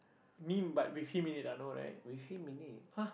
with him in it